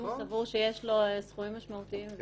אם הוא סבור שיש לו סכומים משמעותיים.